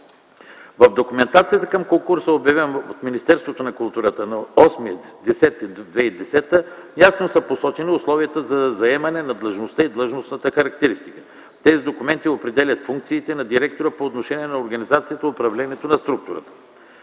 В документацията към конкурса, обявен от Министерството на културата на 8 октомври 2010 г., ясно са посочени условията за заемане на длъжността и длъжностната характеристика. Тези документи определят функциите на директора по отношение на организацията и управлението на структурата.